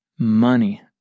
money